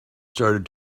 started